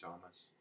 thomas